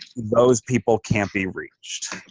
those people can't be reached.